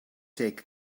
take